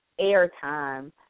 airtime